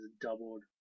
doubled